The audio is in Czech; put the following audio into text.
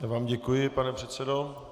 Já vám děkuji, pane předsedo.